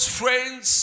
friends